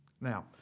Now